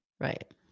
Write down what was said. Right